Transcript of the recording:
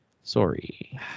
Sorry